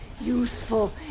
useful